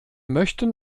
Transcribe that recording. möchten